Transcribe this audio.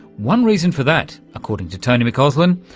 one reason for that, according to tony mcauslan,